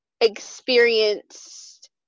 experienced